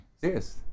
Serious